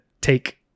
take